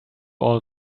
all